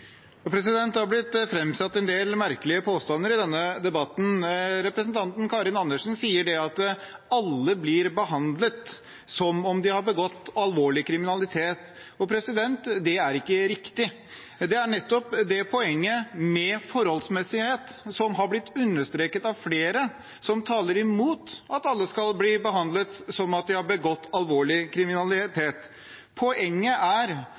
har blitt framsatt en del merkelige påstander i denne debatten. Representanten Karin Andersen sier at alle blir behandlet som om de har begått alvorlig kriminalitet. Det er ikke riktig. Det er nettopp poenget med forholdsmessighet, som har blitt understreket av flere, som taler mot at alle skal bli behandlet som om de har begått alvorlig kriminalitet. Poenget er